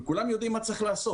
וכולם יודעים מה צריך לעשות.